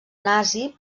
nazi